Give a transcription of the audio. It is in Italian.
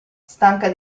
stanca